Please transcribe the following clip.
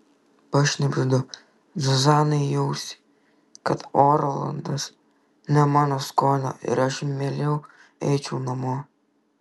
pašnibždu zuzanai į ausį kad orlandas ne mano skonio ir aš mieliau eičiau namo